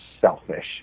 selfish